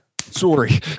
Sorry